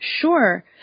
Sure